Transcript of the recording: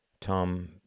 Tom